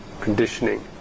conditioning